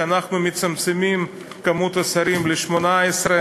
שאנחנו מצמצמים את כמות השרים ל-18,